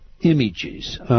images